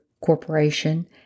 Corporation